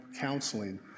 counseling